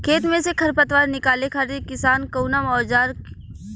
खेत में से खर पतवार निकाले खातिर किसान कउना औजार क इस्तेमाल करे न?